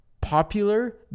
popular